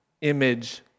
image